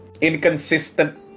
inconsistent